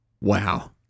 wow